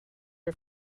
are